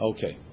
Okay